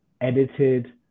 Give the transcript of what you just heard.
edited